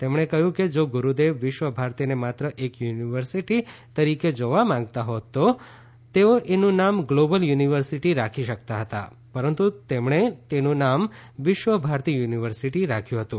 તેમણે કહ્યું કે જો ગુરુદેવ વિશ્વ ભારતીને માત્ર એક યુનિવર્સિટી તરીકે જોવા માંગતા હોત તો તેઓ તેનું નામ ગ્લોબલ યુનિવર્સિટી રાખી શકતા હતા પરંતુ તેમણે તેનું નામ વિશ્વ ભારતી યુનિવર્સિટી રાખ્યું હતું